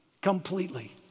completely